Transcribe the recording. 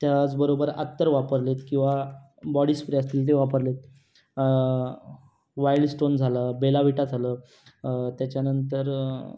त्याचबरोबर अत्तर वापरले आहेत किंवा बॉडी स्प्रे असतील ते वापरले आहेत व्हाईल्ड स्टोन झालं बेला विटा झालं त्याच्यानंतर